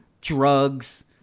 drugs